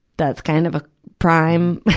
that's kind of a prime,